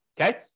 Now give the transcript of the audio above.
okay